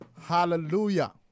Hallelujah